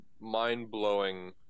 mind-blowing